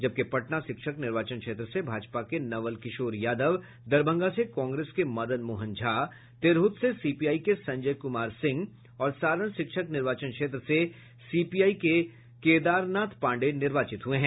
जबकि पटना शिक्षक निर्वाचन क्षेत्र से भाजपा के नवल किशोर यादव दरभंगा से कांग्रेस के मदन मोहन झा तिरहुत से सीपीआई के संजय कुमार सिंह और सारण शिक्षक निर्वाचन क्षेत्र से सीपीआई के ही केदारनाथ पांडेय निर्वाचित हुये हैं